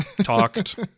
talked